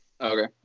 Okay